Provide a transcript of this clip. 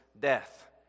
death